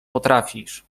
potrafisz